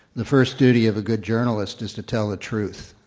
the first duty of a good journalist is to tell the truth.